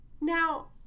Now